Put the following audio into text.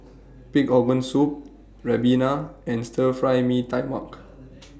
Pig Organ Soup Ribena and Stir Fry Mee Tai Mak